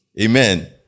Amen